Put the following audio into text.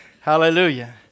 Hallelujah